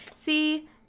See